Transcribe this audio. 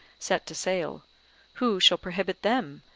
set to sale who shall prohibit them,